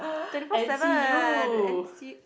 twenty four seven N C